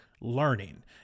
learning